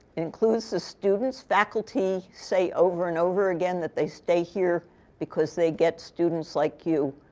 includes the students. faculty say over and over again that they stay here because they get students like you,